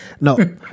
No